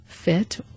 fit